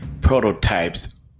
prototypes